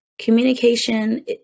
communication